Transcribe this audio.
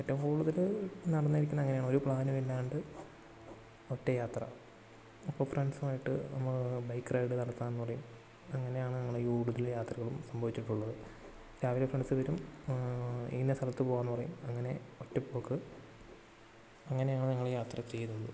ഏറ്റവും കൂടുതൽ നടന്നിരിക്കുന്നത് അങ്ങനെയാണ് ഒരു പ്ലാനും ഇല്ലാണ്ട് ഒറ്റ യാത്ര അപ്പം ഫ്രണ്ട്സുമായിട്ട് നമ്മൾ ബൈക്ക് റൈഡ് നടത്താം എന്ന് പറയും അങ്ങനെയാണ് ഞങ്ങൾ കൂടുതൽ യാത്രകളും സംഭവിച്ചിട്ടുള്ളത് രാവിലെ ഫ്രണ്ട്സ് വരും ഇന്ന സ്ഥലത്ത് പോവാം എന്ന് പറയും അങ്ങനെ ഒറ്റ പോക്ക് അങ്ങനെ ഞങ്ങൾ ഞങ്ങൾ യാത്ര ചെയ്യുന്നത്